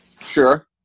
Sure